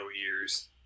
years